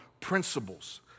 principles